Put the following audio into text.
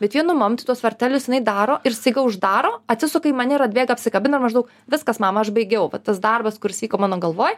bet vienu momentu tuos vartelius jinai daro ir staiga uždaro atsisuka į mane ir atbėga apsikabina maždaug viskas mama aš baigiau va tas darbas kuris vyko mano galvoj